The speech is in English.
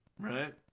Right